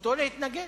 זכותו להתנגד.